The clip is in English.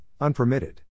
Unpermitted